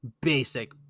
basic